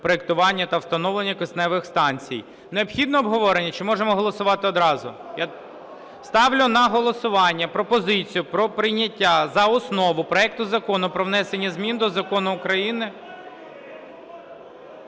проектування та встановлення кисневих станцій. Необхідно обговорення чи можемо голосувати одразу? Ставлю на голосування пропозицію про прийняття за основу проекту Закону про внесення змін до Закону України…